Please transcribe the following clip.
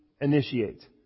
initiate